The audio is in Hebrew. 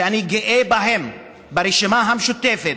שאני גאה בהם, ברשימה המשותפת,